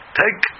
take